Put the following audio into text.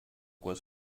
was